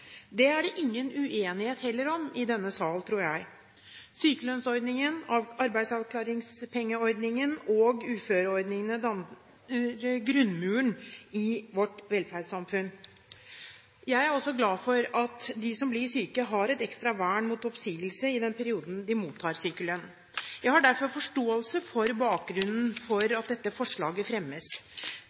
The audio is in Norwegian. Det er det heller ingen uenighet om i denne sal, tror jeg. Sykelønnsordningen, arbeidsavklaringspengeordningen og uføreordningene danner grunnmuren i vårt velferdssamfunn. Jeg er også glad for at de som blir syke, har et ekstra vern mot oppsigelse i den perioden de mottar sykelønn. Jeg har derfor forståelse for bakgrunnen for at dette forslaget fremmes.